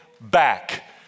back